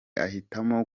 ahitamo